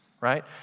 right